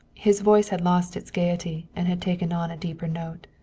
his voice had lost its gayety and had taken on a deeper note.